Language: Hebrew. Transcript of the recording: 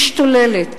משתוללת,